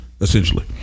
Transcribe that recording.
essentially